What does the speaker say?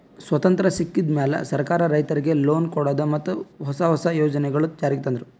ಸ್ವತಂತ್ರ್ ಸಿಕ್ಕಿದ್ ಮ್ಯಾಲ್ ಸರ್ಕಾರ್ ರೈತರಿಗ್ ಲೋನ್ ಕೊಡದು ಮತ್ತ್ ಹೊಸ ಹೊಸ ಯೋಜನೆಗೊಳು ಜಾರಿಗ್ ತಂದ್ರು